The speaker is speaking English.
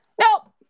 nope